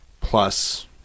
plus